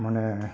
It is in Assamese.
মানে